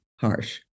harsh